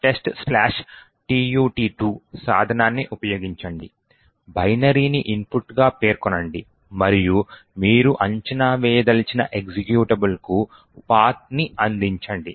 ROPtesttut2 సాధనాన్ని ఉపయోగించండి బైనరీని ఇన్పుట్గా పేర్కొనండి మరియు మీరు అంచనా వేయదలిచిన ఎక్జిక్యూటబుల్కు pathని అందించండి